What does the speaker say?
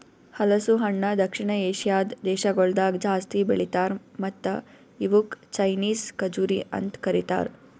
ಹಲಸು ಹಣ್ಣ ದಕ್ಷಿಣ ಏಷ್ಯಾದ್ ದೇಶಗೊಳ್ದಾಗ್ ಜಾಸ್ತಿ ಬೆಳಿತಾರ್ ಮತ್ತ ಇವುಕ್ ಚೈನೀಸ್ ಖಜುರಿ ಅಂತ್ ಕರಿತಾರ್